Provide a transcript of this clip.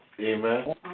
amen